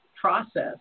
process